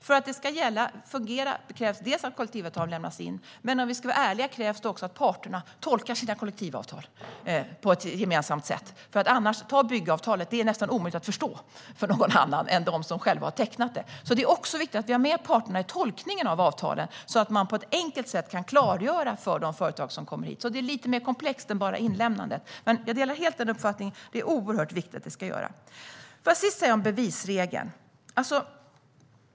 För att detta ska fungera krävs att kollektivavtal lämnas in, men om vi ska vara ärliga krävs det också att parterna tolkar sina kollektivavtal på ett gemensamt sätt. Exempelvis byggavtalet är nästan omöjligt att förstå för någon annan än de som själva har tecknat det. Det är med andra ord viktigt att parterna är med i tolkningen av avtalen, så att man på ett enkelt sätt kan klargöra det för de företag som kommer hit. Det hela är alltså lite mer komplext än att bara gälla inlämnande, men jag delar uppfattningen att detta är oerhört viktigt att göra. Till sist vill jag säga något om bevisregeln.